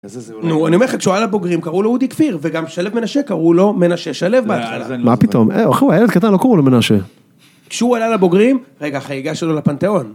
אני אומר לך, כשהוא עלה לבוגרים, קראו לו אודי כפיר, וגם שלו מנשה, קראו לו מנשה שלו. מה פתאום? אחי, הוא הילד קטן, לא קראו לו מנשה. כשהוא עלה לבוגרים, רגע, החגיגה שלו לפנתיאון.